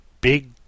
big